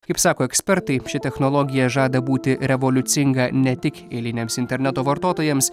kaip sako ekspertai ši technologija žada būti revoliucinga ne tik eiliniams interneto vartotojams